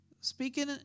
speaking